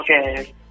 okay